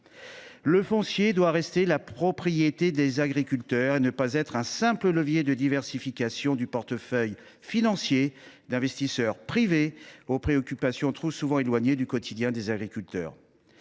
Le foncier doit rester la propriété des agriculteurs et ne pas être un simple levier de diversification du portefeuille financier d’investisseurs privés aux préoccupations trop souvent éloignées du quotidien des agriculteurs.